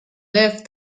lived